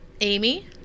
Amy